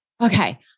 okay